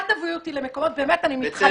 אל תביאו אותי למקומות באמת, אני מתחננת